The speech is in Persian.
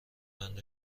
قند